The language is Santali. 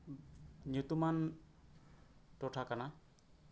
ᱧᱩᱛᱩᱢᱟᱱ ᱴᱚᱴᱷᱟ ᱠᱟᱱᱟ